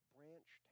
Branch